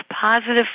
positive